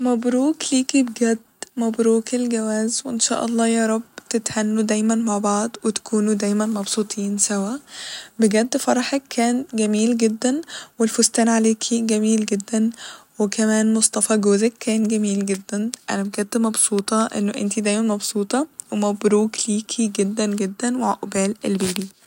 مبروك ليكي بجد ، مبروك الجواز وان شاء الله يارب تتهنوا دايما مع بعض وتكونوا دايما مبسوطين سوا ، بجد فرحك كان جميل جدا والفستان عليكي جميل جدا وكمان مصطفى جوزك كان جميل جدا أنا بجد مبسوطة ان انتي دايما مبسوطة ومبروك ليكي جدا جدا وعقبال البيبي